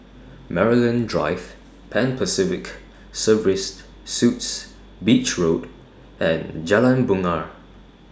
Maryland Drive Pan Pacific Serviced Suites Beach Road and Jalan Bungar